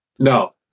No